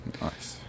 Nice